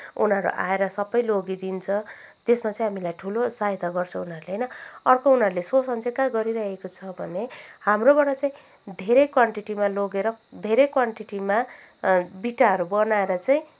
उनीहरू आएर सबै लगिदिन्छ त्यसमा चाहिँ हामीलाई ठुलो सहायता गर्छ उनीहरूले होइन अर्को उनीहरूले शोषण चाहिँ कहाँ गरिरहेको छ भने हाम्रोबाट चाहिँ धेरै क्वान्टिटीमा लगेर धेरै क्वान्टिटीमा बिटाहरू बनाएर चाहिँ